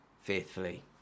faithfully